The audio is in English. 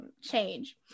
change